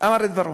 אמר את דברו,